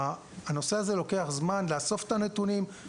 הנושא הזה לוקח זמן לאסוף את הנתונים,